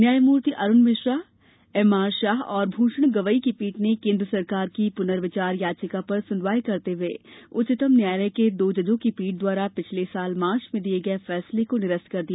न्यायमूर्ति Arun Mishra M R Shah और भूषण गवई की पीठ ने केन्द्र सरकार की पुनर्विचार याचिका पर सुनवाई करते हुए उच्चतम न्यायालय के दो जजों की पीठ द्वारा पिछले साल मार्च में दिये गये फैसले को निरस्त कर दिया